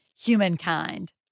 humankind